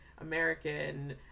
american